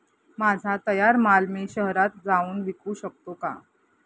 माझा तयार माल मी शहरात जाऊन विकू शकतो का?